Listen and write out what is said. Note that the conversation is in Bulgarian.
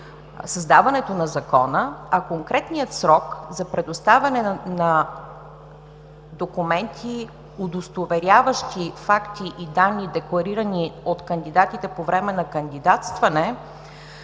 създаването на Закона, а конкретният срок за предоставяне на документи, удостоверяващи факти и данни, декларирани от кандидатите по време на кандидатстване,